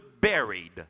buried